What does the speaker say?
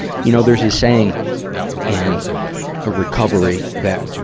you know, there's a saying in a recovery that,